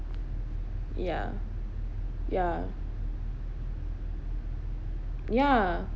ya ya ya